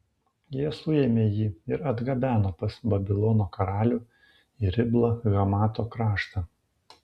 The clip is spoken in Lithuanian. jie suėmė jį ir atgabeno pas babilono karalių į riblą hamato kraštą